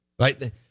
right